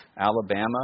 Alabama